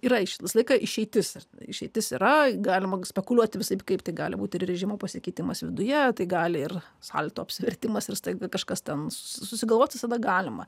yra visą laiką išeitis išeitis yra galima spekuliuoti visaip kaip gali būti režimo pasikeitimas viduje tai gali ir salto apsivertimas ir staiga kažkas ten susigalvot visada galima